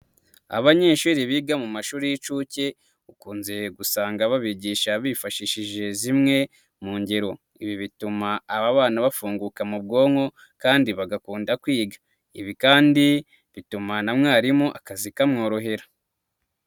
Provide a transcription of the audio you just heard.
Abanyeshuri biga mu mashuri y'incuke ukunze gusanga babigisha bifashishije zimwe mu ngero. Ibi bituma aba bana bafunguka mu bwonko kandi bagakunda kwiga. Ibi kandi bituma na mwarimu akazi kamworohera.